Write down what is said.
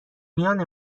میان